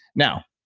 now,